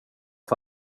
för